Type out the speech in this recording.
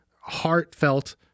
heartfelt